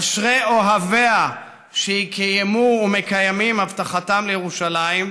אשרי אוהביה שקיימו ומקיימים הבטחתם לירושלים.